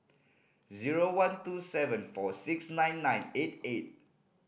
zero one two seven four six nine nine eight eight